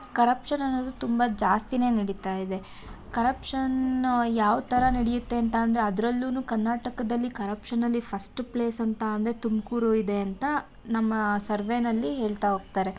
corruption ಅನ್ನೋದು ತುಂಬ ಜಾಸ್ತಿಯೇ ನಡಿತಾ ಇದೆ ಕರಪ್ಷನ್ ಯಾವ ಥರ ನಡೆಯುತ್ತೆ ಅಂತ ಅಂದರೆ ಅದ್ರಲ್ಲೂ ಕರ್ನಾಟಕದಲ್ಲಿ ಕರಪ್ಷನಲ್ಲಿ ಫಸ್ಟ್ ಪ್ಲೇಸ್ ಅಂತ ಅಂದರೆ ತುಮಕೂರು ಇದೆ ಅಂತ ನಮ್ಮ ಸರ್ವೇನಲ್ಲಿ ಹೇಳ್ತಾ ಹೋಗ್ತಾರೆ